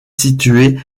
située